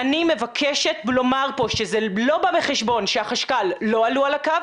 אני מבקשת לומר פה שזה לא בא בחשבון שהחשכ"ל לא עלו על הקו